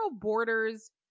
borders